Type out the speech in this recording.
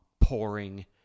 pouring